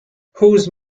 whose